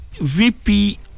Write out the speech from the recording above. VP